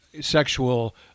sexual